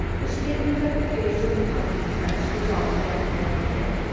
the statement of the case in the public press was altogether negative.